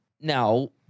Now